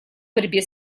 борьбе